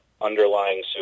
underlying